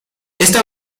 esta